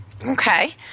Okay